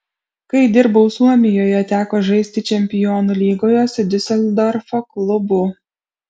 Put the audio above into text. kai dirbau suomijoje teko žaisti čempionų lygoje su diuseldorfo klubu